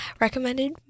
recommended